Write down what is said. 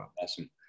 Awesome